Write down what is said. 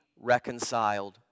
reconciled